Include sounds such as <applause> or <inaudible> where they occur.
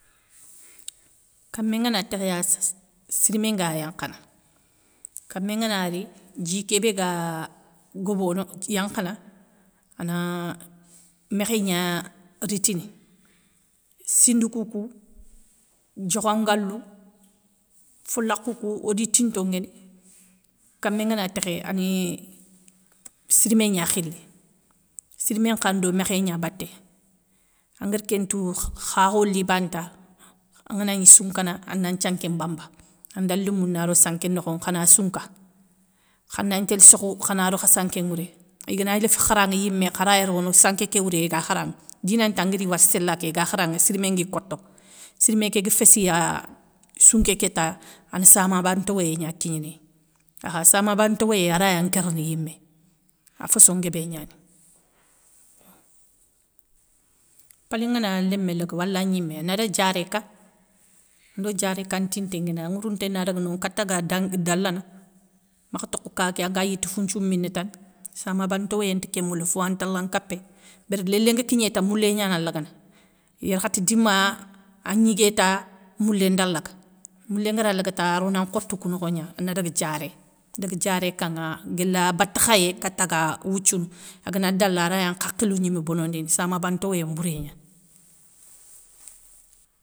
Kamé ngana tékhé ya <hesitation> sirimé nga yankhana. Kamé ngana i djikébé ga gobono, yankhana, ana mékhé gna ritini, sindoukoukou, diokha ngalou. folakhou kou, odi tinto nguéni, kamé ngana tékhé ani sirimé gna khili, sirimé nkhan do mékhé gna baté, angari kén ntou, khakho li bane ta, anganagni sounkana, ana nthianké mbamba anda lémou naro sanké nokhoŋa khana sounka. Khandagni tél sokhou, khana ro kha sanké nŋwouré, igana léfi kharanŋa yimé kharay rono sanké wouré iga kharanŋa dinanti anguéri sélé ké iga kharanŋa sirimé ngui koto, sirimé kégua féssiya, sounké ké ta ana samaba ntowoyé gna kigna niya. Akha samaba ntowoyé araya nkérni yimé, afosso nguébé gnani. Pali ngana lémé laga wala gnimé anadaga diaréka ando diaréka ntinté nguéni an ŋwourounté na daga no kata ga dang dalana, makh tokh ka ké anga yitou founthiou mini tane. samaba ntowoyé nti kémoula fowa ntala nkapéy. Béri lélé nga kigné ta moulé gnana lagana, yarkhate dimma agnigué ta moulé nda laga, moulé ngara laga ta a rona nkhotou kou nokho gna anadaga diaré, daga diaré kanŋa guéla baté khayé kata ga wouthiounou, agana dala raya nkhakhilou gnimé bonondini samaba ntowoyé mbouré gnani.